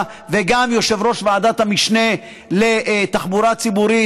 וגם יושב-ראש ועדת המשנה לתחבורה ציבורית,